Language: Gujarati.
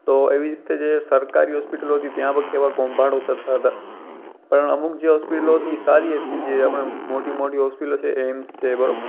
તો એવી જ રીતે સરકારી હૉસ્પિટલો હતી ત્યાં કેવાં કૌભાંડો થતાં હતાં પણ અમુક જે હૉસ્પિટલો હતી એ સારી હતી જે આપણે મોટી મોટી હૉસ્પિટલો છે એમ્સ છે બરાબર